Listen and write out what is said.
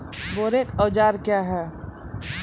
बोरेक औजार क्या हैं?